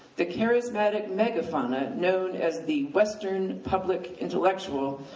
the charismatic megafauna known as the western public intellectual